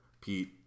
Pete